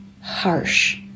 harsh